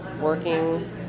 working